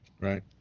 right